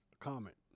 comment